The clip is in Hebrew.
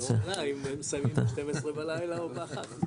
השאלה, אם רוצים לסיים ב-12 בלילה או באחת,